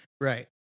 Right